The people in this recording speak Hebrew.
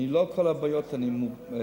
לא את כל הבעיות אני מבין,